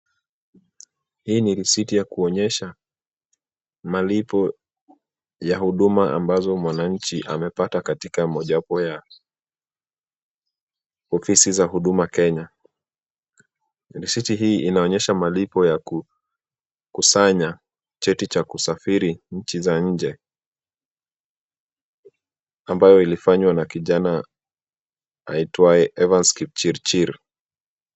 Hii ni risiti ya kuonyesha malipo ya huduma ambazo mwananchi amepata katika mojawapo ya ofisi za huduma Kenya. Risiti hii inaonyesha malipo ya kukusanya cheti cha kusafiri nchi za nnje, ambayo ilifanyiwa na kijana aitwaye Evance Kipchirchir.